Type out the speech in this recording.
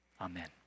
Amen